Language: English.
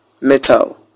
Metal